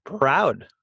proud